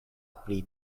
pri